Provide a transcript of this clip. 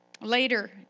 Later